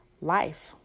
life